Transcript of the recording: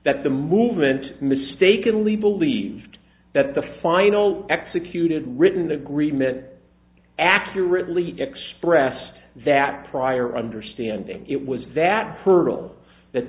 that the movement mistakenly believed that the final executed written agreement accurately expressed that prior understanding it was that